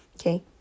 Okay